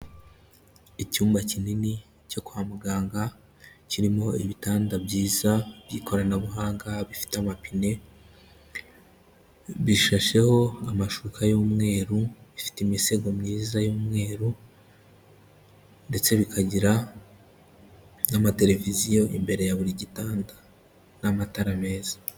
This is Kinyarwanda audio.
Icyumba kinini cyo kwa muganga kirimo ibitanda byiza by'ikoranabuhanga bifite amapine, bishasheho amashuka y'umweru, bifite imisego myiza y'umweru ndetse bikagira n'amatereviziyo imbere ya buri gitanda n'amatara meza.